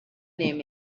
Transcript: name